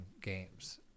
games